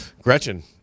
Gretchen